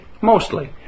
Mostly